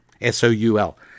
S-O-U-L